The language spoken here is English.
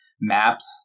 maps